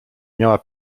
miała